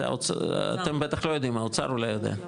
זה אתם בטח לא יודעים, האוצר אולי יודע.